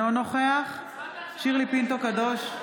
אינו נוכח שירלי פינטו קדוש,